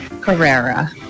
Carrera